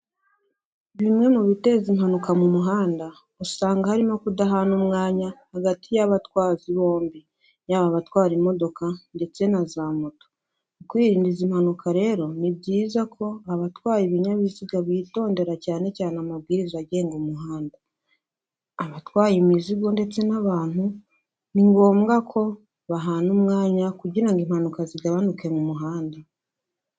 Bimwe mu biteza impanuka mu muhanda, usanga harimo kudahana umwanya hagati y'abatwazi bombi, yaba abatwara imodoka ndetse na za moto. Kwirinda izi impanuka rero, ni byiza ko abatwara ibinyabiziga bitondera cyane cyane amabwiriza agenga umuhanda. Abatwaye imizigo ndetse n'abantu ni ngombwa ko bahana umwanya kugirango impanuka zigabanuke mu muhanda.